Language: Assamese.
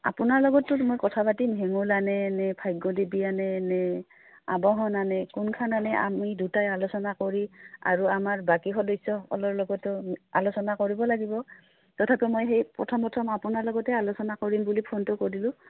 আপোনাৰ লগতো মই কথা পাতিম হেঙুল আনে নে ভাগ্য দেৱী আনে নে আবাহন আনে কোনখন আনে আমি দুটাই আলোচনা কৰি আৰু আমাৰ বাকী সদস্যসকলৰ লগতো আলোচনা কৰিব লাগিব তথাপি মই সেই প্ৰথম প্ৰথম আপোনাৰ লগতে আলোচনা কৰিম বুলি ফোনটো কৰিলোঁ